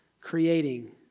creating